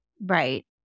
Right